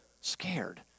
scared